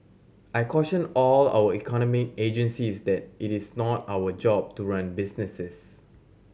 I caution all our economic agencies that it is not our job to run businesses